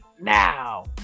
now